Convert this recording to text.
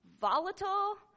volatile